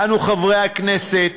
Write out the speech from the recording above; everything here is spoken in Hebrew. אנו חברי הכנסת